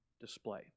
display